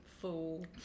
fool